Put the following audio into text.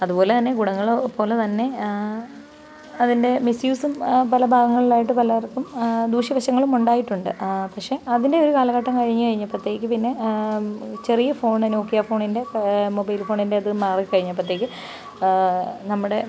അതുപോലെ തന്നെ ഗുണങ്ങൾ പോലെ തന്നെ അതിൻ്റെ മിസ്സ്യൂസും പല ഭാഗങ്ങളിലായിട്ട് പലർക്കും ദൂഷ്യവശങ്ങളും ഉണ്ടായിട്ടുണ്ട് പക്ഷേ അതിൻ്റെയൊരു കാലഘട്ടം കഴിഞ്ഞ് കഴിഞ്ഞപ്പോഴത്തേക്കും പിന്നെ ചെറിയ ഫോണ് നോക്കിയ ഫോണിൻ്റെ മൊബൈൽ ഫോണിൻ്റെ അത് മാറി കഴിഞ്ഞപ്പോഴത്തേക്ക് നമ്മുടെ